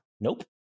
Nope